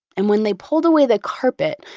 and when they pulled away the carpet,